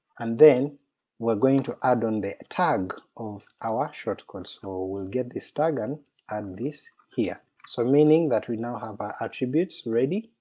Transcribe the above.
and then we're going to add on the tag of our short code, so we'll we'll get this tag and and this here, so meaning that we now have our attributes ready,